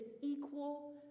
equal